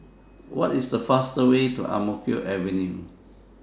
What IS The fastest Way to Ang Mo Kio Avenue